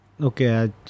Okay